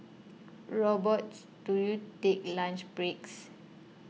robots do you take lunch breaks